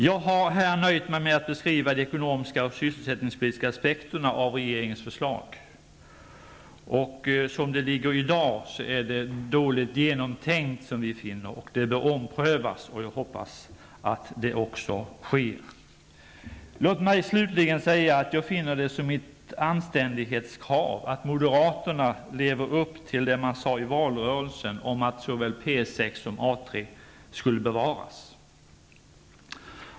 Jag har här nöjt mig med att beskriva de ekonomiska och sysselsättningspolitiska aspekterna av regeringens förslag. Som det ligger i dag, finner vi att det är dåligt genomtänkt och bör omprövas. Jag hoppas att så också sker. Låt mig slutligen säga att jag ser det som ett anständighetskrav att moderaterna lever upp till det man sade i valrörelsen om att såväl P6 som A3 skulle bevaras.